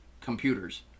computers